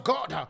God